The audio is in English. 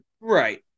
Right